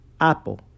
Apple